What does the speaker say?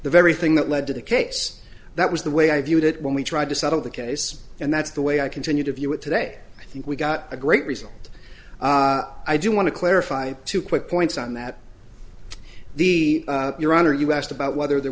the very thing that led to the case that was the way i viewed it when we tried to settle the case and that's the way i continue to view it today i think we got a great result i do want to clarify two quick points on that the your honor you asked about whether there